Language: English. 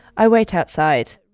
i wait outside.